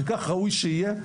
וכך ראוי שיהיה,